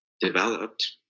developed